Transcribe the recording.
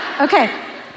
Okay